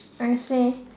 and say